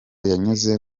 yanyuze